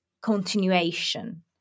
continuation